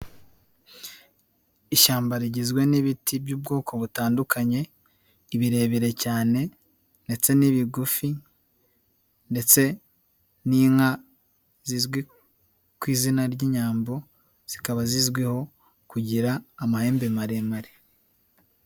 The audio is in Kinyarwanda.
Ishyamba rigizwe n'ibiti by'ubwoko butandukanye, birebire cyane ndetse n'ibigufi ndetse n'inka zizwi ku izina ry'inyambo, zikaba zizwiho kugira amahembe maremare.